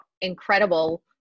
incredible